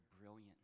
brilliant